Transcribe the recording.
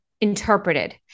interpreted